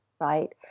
Right